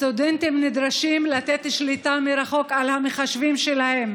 סטודנטים נדרשים לתת שליטה מרחוק על המחשבים שלהם,